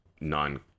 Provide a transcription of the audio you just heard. non